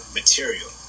material